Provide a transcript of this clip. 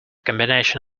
combination